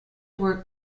worked